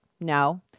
No